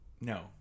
No